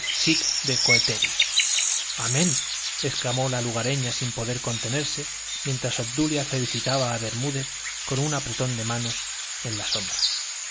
de coeteris amén exclamó la lugareña sin poder contenerse mientras obdulia felicitaba a bermúdez con un apretón de manos en la sombra